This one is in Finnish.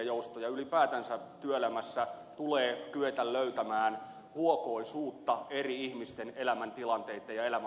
ylipäätänsä työelämässä tulee kyetä löytämään huokoisuutta eri ihmisten elämänvaiheissa